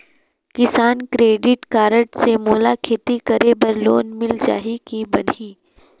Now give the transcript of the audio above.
किसान credit card से मोला खेती करे बर लोन मिल जाहि की बनही??